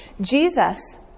Jesus